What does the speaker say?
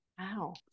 Wow